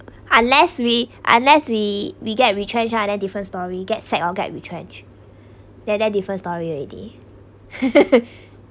unless we unless we we get retrenched lah then different story get sacked or get retrenched that then different story already